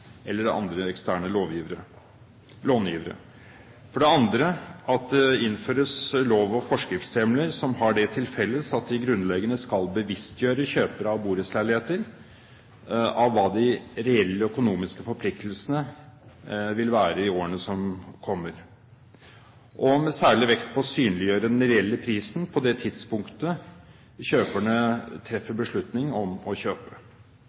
eller andre eksterne långivere. For det andre at det innføres lov- og forskriftshjemler som har det til felles at de grunnleggende skal bevisstgjøre kjøpere av borettsleiligheter om hva de reelle økonomiske forpliktelsene vil være i årene som kommer, med særlig vekt på å synliggjøre den reelle prisen på det tidspunktet kjøperne treffer beslutningen om å kjøpe.